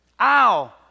ow